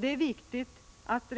Det är viktigt att